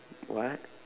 what